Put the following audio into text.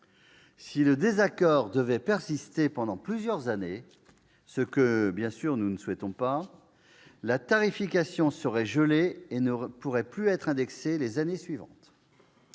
Si le désaccord devait persister pendant plusieurs années- ce que nous ne souhaitons bien évidemment pas -, la tarification serait gelée et ne pourrait plus être indexée les années suivantes.